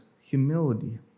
humility